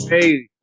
Hey